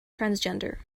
transgender